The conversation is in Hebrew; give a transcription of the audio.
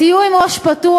תהיו עם ראש פתוח.